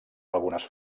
algunes